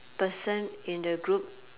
person in the group